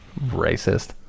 racist